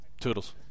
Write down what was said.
Toodles